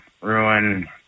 Ruin